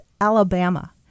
Alabama